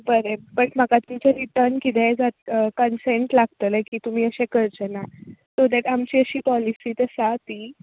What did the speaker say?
बरे बट म्हाका तुमचो रिटर्न किते कंसेंट लागतले की तुमी अशे करचेना सो आमचे अशी पॉलीसी आसा की